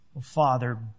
Father